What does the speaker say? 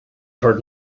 hurt